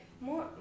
more